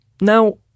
Now